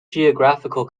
geographical